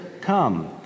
come